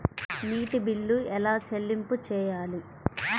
నీటి బిల్లు ఎలా చెల్లింపు చేయాలి?